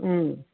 उम